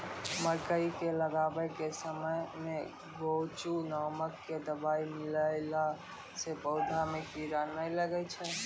मकई के लगाबै के समय मे गोचु नाम के दवाई मिलैला से पौधा मे कीड़ा नैय लागै छै?